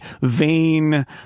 vain